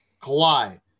Kawhi